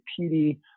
PD